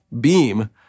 beam